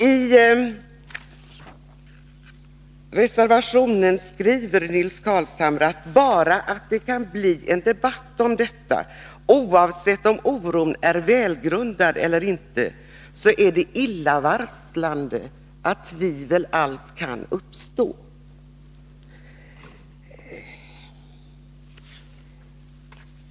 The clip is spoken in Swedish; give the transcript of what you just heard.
I reservationen av Nils Carlshamre m.fl. säger man, att oavsett om oro i detta sammanhang är välgrundad eller inte, är det illavarslande att tvivel alls kan uppstå.